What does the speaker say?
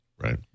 Right